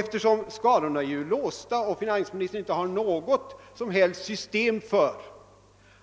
Eftersom skalorna är låsta och finansministern inte har något som helst system för